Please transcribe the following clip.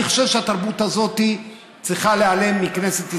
אני חושב שהתרבות הזאת צריכה להיעלם מכנסת ישראל.